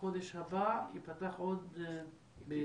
בחודש הבא ייפתח עוד בטירה.